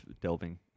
delving